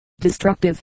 destructive